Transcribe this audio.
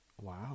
Wow